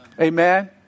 Amen